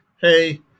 hey